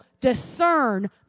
discern